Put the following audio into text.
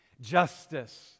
justice